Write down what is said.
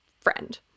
friend